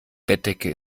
bettdecke